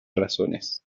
razones